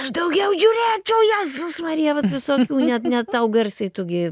aš daugiau žiūrėčiau jėzus marija vat visokių net net tau garsiai tu gi